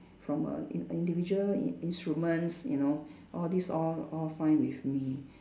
from a in~ individual in~ instruments you know all these all all fine with me